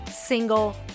single